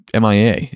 mia